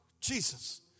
Jesus